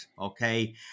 Okay